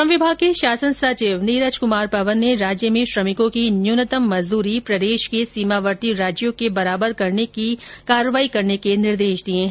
श्रम विमाग के शासन सचिव नीरज कुमार पवन ने राज्य में श्रमिकों की न्यूनतम मजदूरी प्रदेश के सीमावर्ती राज्यों के बराबर करने की कार्यवाही करने के निर्देश दिए हैं